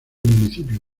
municipio